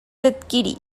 adquirit